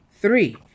three